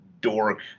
dork